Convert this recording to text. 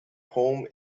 home